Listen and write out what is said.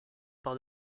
par